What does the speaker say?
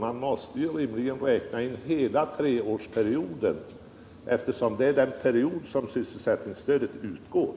Man måste rimligen räkna in hela treårsperioden, eftersom det är den period under vilken sysselsättningsstödet utgår.